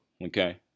Okay